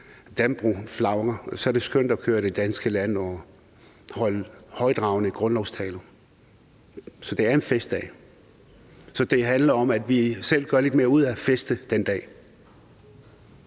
dannebrog vajer, så er det skønt at køre i det danske land og holde højttravende grundlovstaler. Så det er en festdag, og det handler om, at vi selv gør lidt mere ud af at feste den dag.